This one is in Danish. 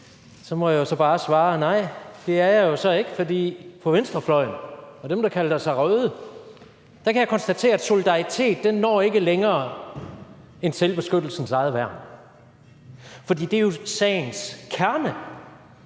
Så måtte jeg jo så bare svare, at nej, det er jeg ikke, for på venstrefløjen og for dem, der kalder sig røde, kan jeg konstatere, at solidaritet ikke når længere end til selvbeskyttelsens eget værn. For det er jo sagens kerne,